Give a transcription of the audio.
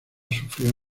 sufrió